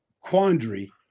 quandary